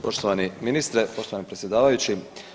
Poštovani ministre, poštovani predsjedavajući.